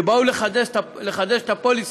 וכשבאו לחדש את הפוליסה,